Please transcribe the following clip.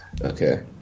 okay